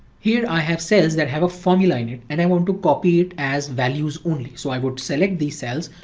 here i have cells that have a formula in it and i want to copy it as values only. so i would select these cells,